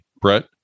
brett